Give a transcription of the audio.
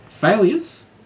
failures